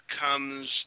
comes